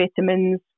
vitamins